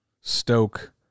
stoke